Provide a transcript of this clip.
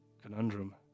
conundrum